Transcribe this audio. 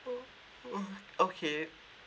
mm okay